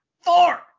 four